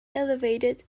elevated